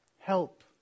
Help